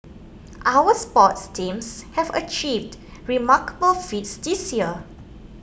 our sports teams have achieved remarkable feats this year